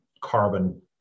carbon